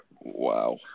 Wow